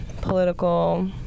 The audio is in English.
political